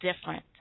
different